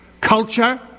culture